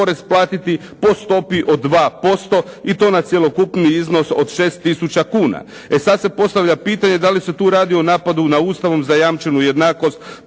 taj isti porez platiti po stopi od 2% i to na cjelokupni iznos od 6 tisuća kuna. E sada se tu postavlja pitanje da li se tu radi o napadu na Ustavu zajamčenu jednakost